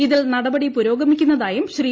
ഇതിൽ നടപടി പുരോഗമിക്കുന്നതായും ശ്രീ